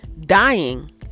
dying